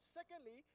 Secondly